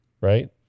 right